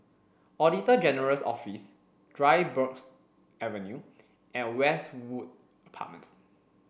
Auditor General's Office Dryburgh Avenue and Westwood Apartments